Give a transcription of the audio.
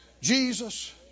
Jesus